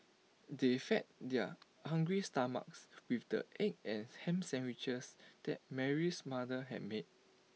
they fed their hungry stomachs with the egg and Ham Sandwiches that Mary's mother had made